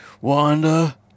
wanda